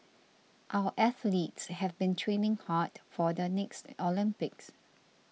our athletes have been training hard for the next Olympics